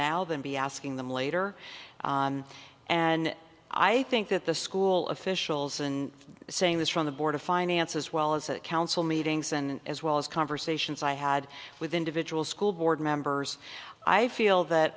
now than be asking them later on and i think that the school officials and saying this from the board of finance as well as a council meetings and as well as conversations i had with individual school board members i feel that